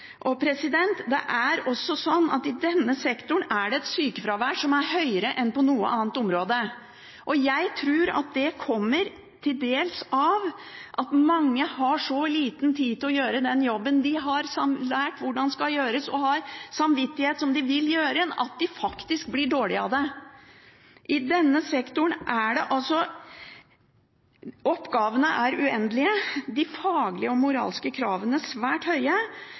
Det er også sånn at i denne sektoren er det et sykefravær som er høyere enn på noe annet område, og jeg tror at det til dels kommer av at mange har så liten tid til å gjøre den jobben de har lært hvordan skal gjøres, og har samvittighet for hvordan skal gjøres, at de faktisk blir dårlige av det. I denne sektoren er oppgavene uendelige og de faglige og moralske kravene svært høye,